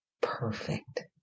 perfect